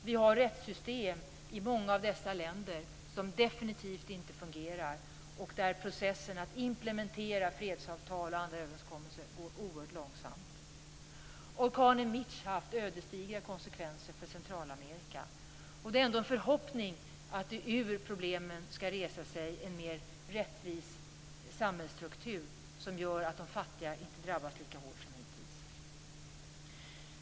Vi har rättssystem i många av dessa länder som definitivt inte fungerar, och processen att implementera fredsavtal och andra överenskommelser går oerhört långsamt. Orkanen Mitch har haft ödesdigra konsekvenser för Centralamerika, och det är ändå förhoppningen att det ur problemen skall resa sig en mer rättvis samhällsstruktur som gör att de fattiga inte drabbas lika hårt som hittills.